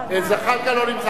זחאלקה לא נמצא פה.